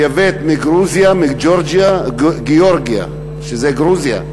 מייבאת מגרוזיה, מג'ורג'יה, גאורגיה, שזה גרוזיה,